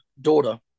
daughter